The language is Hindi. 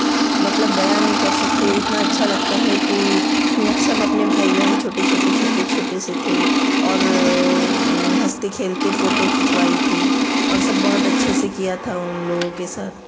मतलब बयाँ नहीं कर सकते इतना अच्छा लगता है कि ना सब अपने भाई बहन छोटे छोटे से थे और हंसते खेलते फोटो खिंचवाई थी और सब बहुत अच्छे से किया था उन लोगों के साथ